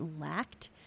lacked